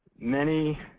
many